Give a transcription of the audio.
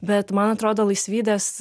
bet man atrodo laisvydės